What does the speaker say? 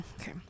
okay